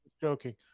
joking